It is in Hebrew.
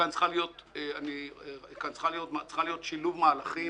כאן צריך להיות שילוב מהלכים: